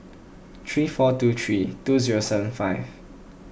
three four two three two zero seven five